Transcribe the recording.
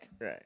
Right